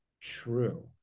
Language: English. true